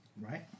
Right